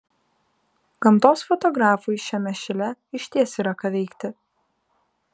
gamtos fotografui šiame šile išties yra ką veikti